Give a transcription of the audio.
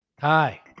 Hi